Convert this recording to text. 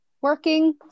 working